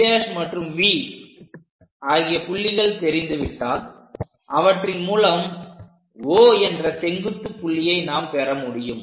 V' மற்றும் V ஆகிய புள்ளிகள் தெரிந்துவிட்டால் அவற்றின் மூலம் O என்ற செங்குத்து புள்ளியை நாம் பெற முடியும்